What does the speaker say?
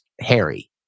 Harry